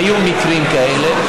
והיו מקרים כאלה.